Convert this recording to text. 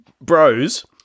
bros